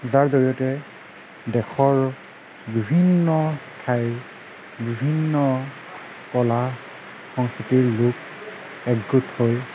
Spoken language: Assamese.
যাৰ জৰিয়তে দেশৰ বিভিন্ন ঠাইৰ বিভিন্ন কলা সংস্কৃতিৰ লোক একগোট হৈ